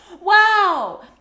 wow